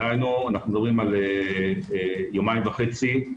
דהיינו אנחנו מדברים על יומיים וחצי,